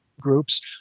groups